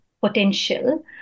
potential